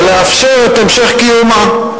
לאפשר את המשך קיומה.